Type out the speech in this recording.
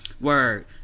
Word